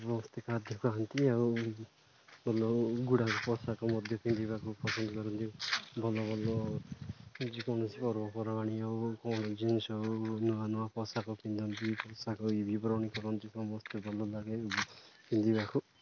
ସମସ୍ତେ ଖାଦ୍ୟ ଖାଆନ୍ତି ଆଉ ଭଲ ଗୁଡ଼ାକ ପୋଷାକ ମଧ୍ୟ ପିନ୍ଧିବାକୁ ପସନ୍ଦ କରନ୍ତି ଭଲ ଭଲ ଯେକୌଣସି ପର୍ବପର୍ବାଣି ହଉ କ'ଣ ଜିନିଷ ହଉ ନୂଆ ନୂଆ ପୋଷାକ ପିନ୍ଧନ୍ତି ପୋଷାକ ଏଇ ବୀବରଣି କରନ୍ତି ସମସ୍ତେ ଭଲ ଲାଗେ ପିନ୍ଧିବାକୁ